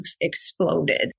exploded